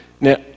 now